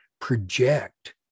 project